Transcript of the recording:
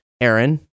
Aaron